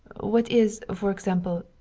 what is, for example,